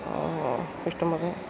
ഇഷ്ടംപോലെ